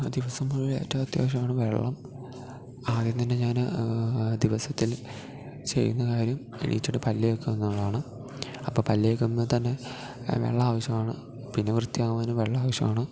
ദിവസം മുഴുവൻ ഏറ്റവും അത്യാവശ്യാണ് വെള്ളം ആദ്യം തന്നെ ഞാൻ ദിവസത്തിൽ ചെയ്യുന്ന കാര്യം എണീച്ചിട്ട് പല്ല് തേക്കുക എന്നുള്ളതാണ് അപ്പം പല്ല് തേക്കുമ്പോൾ തന്നെ വെള്ളം ആവശ്യമാണ് പിന്നെ വൃത്തിയാകുവാനും വെള്ളം ആവശ്യമാണ്